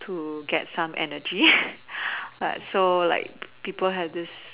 to get some energy so like people have this